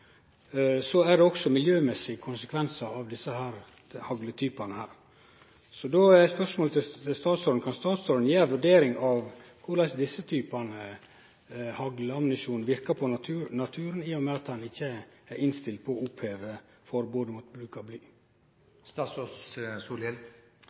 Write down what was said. Det er miljømessige konsekvensar også av desse hagltypane, så spørsmålet til statsråden er: Kan statsråden gje ei vurdering av korleis desse typane haglammunisjon verkar på naturen, i og med at han ikkje er innstilt på å oppheve forbodet mot bruk av bly?